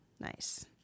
Nice